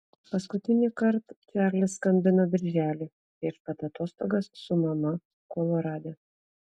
paskutinįkart čarlis skambino birželį prieš pat atostogas su mama kolorade